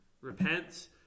repent